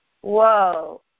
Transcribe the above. whoa